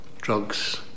drugs